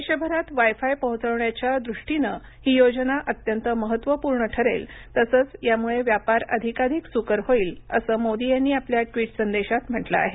देशभरात wifi पोहोचवण्याच्या दृष्टीनं ही योजना अत्यंत महत्त्वपूर्ण ठरेल तसंच यामुळे व्यापार अधिकाधिक सुकर होईल असं मोदी यांनी आपल्या ट्वीट संदेशात म्हटलं आहे